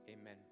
Amen